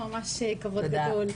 ממש כבוד גדול.